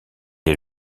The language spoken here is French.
est